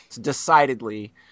decidedly